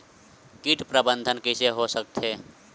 कीट प्रबंधन कइसे हो सकथे?